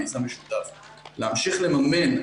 מיזם משותף להמשיך לממן,